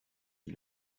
qui